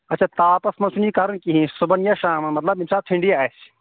اچھا تاپس منٛز چھُنہٕ یہِ کَرُن کِہینۍ صُحبن یا شامن مطلب ییٚمہِ ساتہٕ ٹھٔنڈی آسہِ